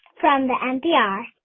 from ah npr.